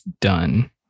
done